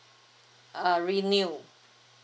err renew